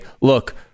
look